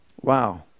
Wow